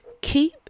keep